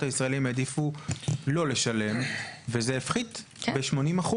הישראליים העדיפו לאל לשלם וזה הפחית ב-80%.